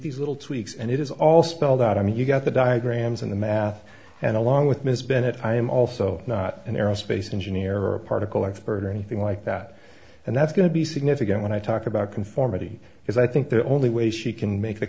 these little tweaks and it is all spelled out i mean you've got the diagrams and the math and along with ms bennett i am also not an aerospace engineer or a particle i've heard anything like that and that's going to be significant when i talk about conformity because i think the only way she can make the